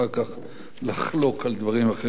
לחלוק על דברים אחרים שאמרת פה.